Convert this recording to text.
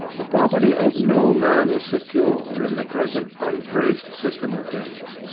the property of no man is secure in the present unbraced system of things.